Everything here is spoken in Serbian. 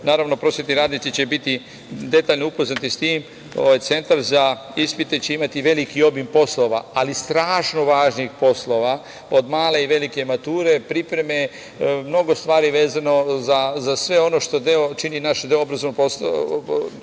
naravno prosvetni radnici će biti detaljno upoznati sa tim, centar za ispite će imati veliki obim poslova, ali strašno važnih poslova, od male i velike mature, pripreme i mnogo stvari vezano za sve ono što čini naš deo obrazovnog sistema